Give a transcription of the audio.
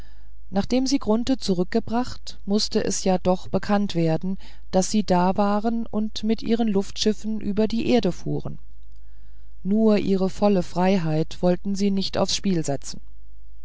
nachdem sie grunthe zurückgebracht mußte es ja doch bekannt werden daß sie da waren und mit ihren luftschiffen über die erde fuhren nur ihre volle freiheit wollten sie nicht aufs spiel setzen